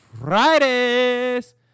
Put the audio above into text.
Fridays